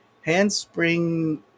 handspring